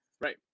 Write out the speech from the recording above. Right